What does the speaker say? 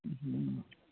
हुँ